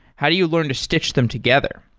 how do you learn to stich them together?